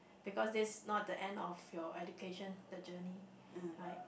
because this not the end of your education the journey